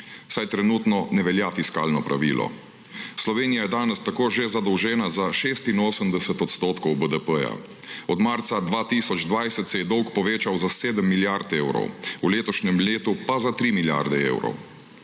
saj trenutno ne velja fiskalno pravilo. Slovenija je danes tako že zadolžena za 86 % BDP, od marca 2020 se je dolg povečal za 7 milijard evrov, v letošnjem letu pa za 3 milijarde evrov.